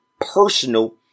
personal